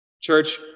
Church